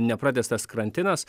nepratęstas karantinas